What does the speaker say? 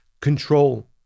control